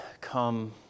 come